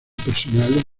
personal